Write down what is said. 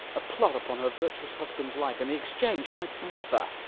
a plot upon her virtuous husband's life and the exchange my brother